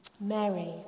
Mary